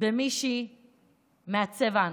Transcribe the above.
במישהי מהצבע הנכון,